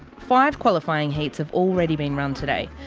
five qualifying heats have already been run today.